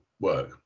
work